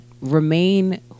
Remain